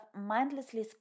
mindlessly